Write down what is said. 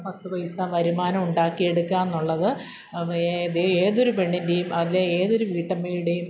പത്ത് പൈസ വരുമാനം ഉണ്ടാക്കി എടുക്കാമെന്നുള്ളത് അത് ഏതൊരു പെണ്ണിൻ്റേയും അത് ഏതൊരു വീട്ടമ്മയുടേയും